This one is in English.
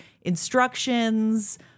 instructions